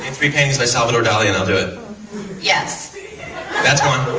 and three paintings by salvador dali and i'll do it yes that's one.